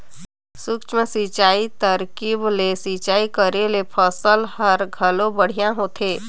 सूक्ष्म सिंचई तरकीब ले सिंचई करे ले फसल हर घलो बड़िहा होथे